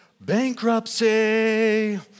bankruptcy